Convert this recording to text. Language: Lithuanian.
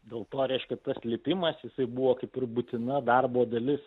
dėlto reiškia tas lipimas jisai buvo kaip ir būtina darbo dalis